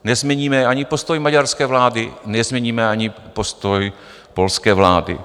Nezměníme ani postoj maďarské vlády, nezměníme ani postoj polské vlády.